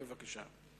569,